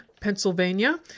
Pennsylvania